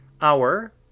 Hour